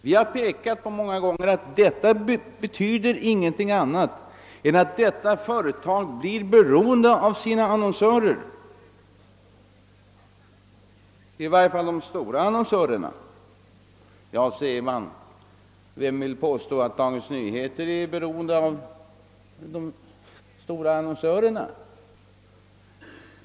Företaget blir beroende av sina annonsörer, i varje fall av de stora annonsörerna. Ja, säger man, vem vill påstå att Dagens Nyheter är beroende av de stora annonsörerna?